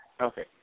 Okay